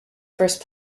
first